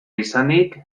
izanik